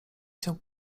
się